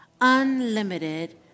unlimited